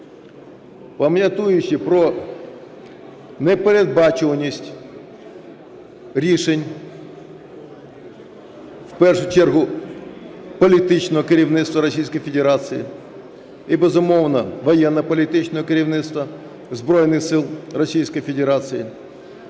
пам'ятаючи про непередбачуваність рішень, в першу чергу політичного керівництва Російської Федерації і, безумовно, воєнно-політичного керівництва Збройних сил